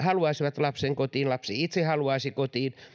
haluaisivat lapsen kotiin lapsi itse haluaisi kotiin